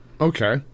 Okay